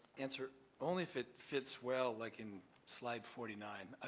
answer only if it fits well like in slide forty nine. ah